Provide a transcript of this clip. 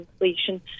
inflation